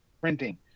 printing